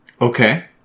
Okay